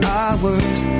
hours